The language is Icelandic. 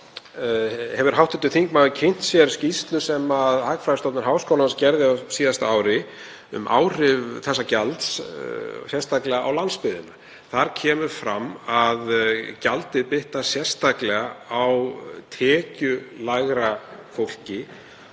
hefur hv. þingmaður kynnt sér skýrslu sem Hagfræðistofnun Háskóla Íslands gerði á síðasta ári um áhrif þessa gjalds, sérstaklega á landsbyggðina? Þar kemur fram að gjaldið bitnar sérstaklega á tekjulægra fólki